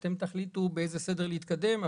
אתם תחליטו באיזה סדר להתקדם,